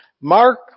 Mark